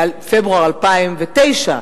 בפברואר 2009,